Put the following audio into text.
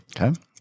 Okay